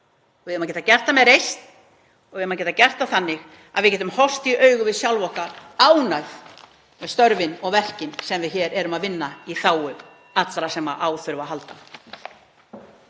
við eigum að geta gert það með reisn og við eigum að geta gert það þannig að við getum horfst í augu við sjálf okkur, ánægð með störfin og verkin sem við hér erum að vinna í þágu allra sem á þurfa að halda.